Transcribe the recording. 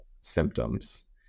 symptoms